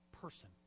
person